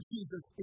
Jesus